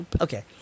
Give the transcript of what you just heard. okay